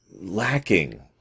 lacking